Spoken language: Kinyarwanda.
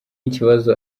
ikibazo